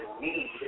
need